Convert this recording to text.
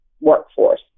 workforce